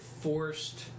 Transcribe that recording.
forced